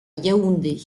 yaoundé